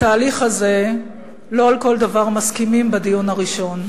בתהליך הזה לא על כל דבר מסכימים בדיון הראשון.